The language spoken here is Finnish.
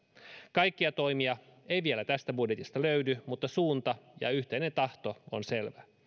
kaikkia toimia ei vielä tästä budjetista löydy mutta suunta ja yhteinen tahto on selvä